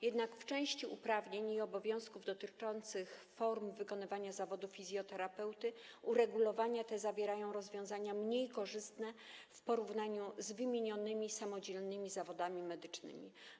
Jednak w części uprawnień i obowiązków dotyczących form wykonywania zawodu fizjoterapeuty uregulowania te zawierają rozwiązania mniej korzystne w porównaniu z wymienionymi samodzielnymi zawodami medycznymi.